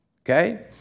Okay